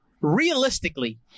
realistically